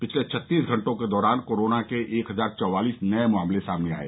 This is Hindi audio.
पिछले छत्तीस घंटों के दौरान कोरोना के एक हजार चौवालीस नये मामले सामने आये